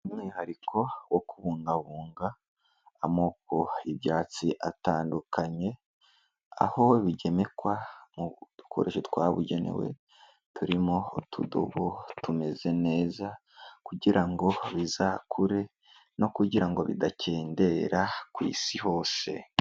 Umwihariko wo kubungabunga amoko y'ibyatsi atandukanye, aho bigemekwa mudukoresho twabugenewe turimo, utudobo tumeze neza, kugira ngo bizakure no kugira ngo bidakendera, ku isi hose.